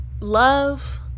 Love